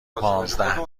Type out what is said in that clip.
پانزده